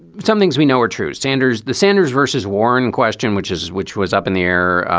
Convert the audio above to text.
some things we know are true sanders the sanders versus warren question, which is which was up in the air,